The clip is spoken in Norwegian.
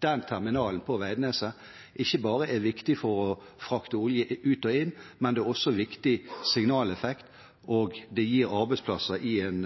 terminalen på Veidnes ikke bare er viktig for å frakte olje ut og inn, men også er viktig som signaleffekt. Terminalen gir arbeidsplasser i en